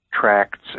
tracts